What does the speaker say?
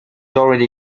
already